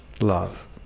love